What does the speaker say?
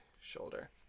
shoulder